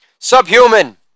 Subhuman